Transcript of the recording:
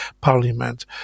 parliament